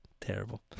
Terrible